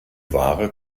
ware